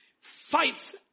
fights